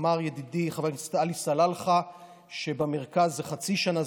אמר ידידי חבר הכנסת עלי סלאלחה שבמרכז זה חצי שנה,